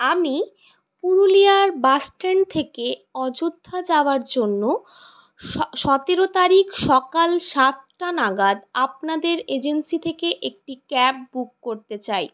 আমি পুরুলিয়ার বাসস্ট্যান্ড থেকে অযোধ্যা যাওয়ার জন্য সতেরো তারিখ সকাল সাতটা নাগাদ আপনাদের এজেন্সি থেকে একটি ক্যাব বুক করতে চাই